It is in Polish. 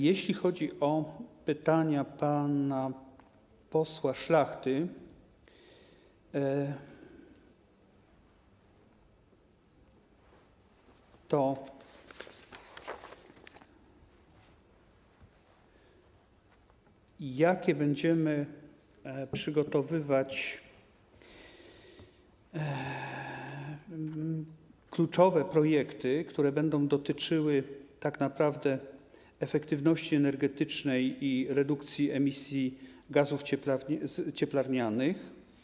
Jeśli chodzi o pytania pana posła Szlachty, jakie będziemy przygotowywać kluczowe projekty, które będą dotyczyły tak naprawdę efektywności energetycznej i redukcji emisji gazów cieplarnianych.